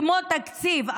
כמו תקציב,